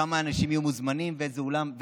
כמה אנשים יהיו מוזמנים ואיזה אולם,